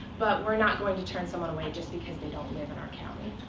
but we're not going to turn someone away just because they don't live in our county.